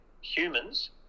Humans